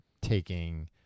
taking